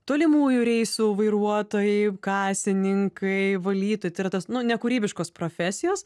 tolimųjų reisų vairuotojai kasininkai valytojai tai yra tos nu nekūrybiškos profesijos